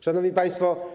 Szanowni Państwo!